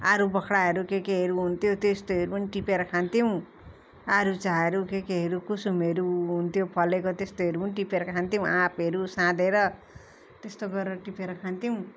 आरू बखराहरू के केहरू हुन्थ्यो त्यस्तोहरू पनि टिपेर खान्थ्यौँ आरूचाहरू के केहरू कुसुमहरू हुन्थ्यो फलेको त्यस्तोहरू पनि टिपेर खान्थ्यौँ आँपहरू साँधेर त्यस्तो गरेर टिपेर खान्थ्यौँ